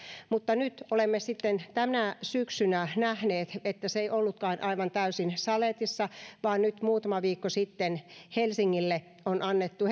mutta nyt olemme sitten tänä syksynä nähneet että se ei ollutkaan aivan täysin saletissa vaan nyt muutama viikko sitten helsingin kaupungille on annettu